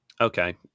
Okay